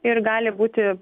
ir gali būti